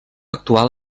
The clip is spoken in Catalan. actual